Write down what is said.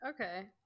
Okay